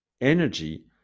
energy